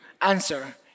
answer